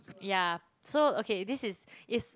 yeah so okay this is is